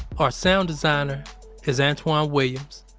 our sound designer is antwan williams.